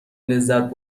لذت